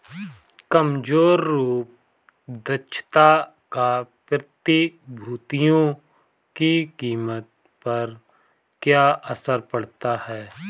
कमजोर रूप दक्षता का प्रतिभूतियों की कीमत पर क्या असर पड़ता है?